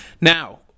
Now